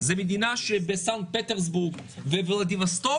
זו מדינה שבין סנט-פטרבורג ולדיווסטוק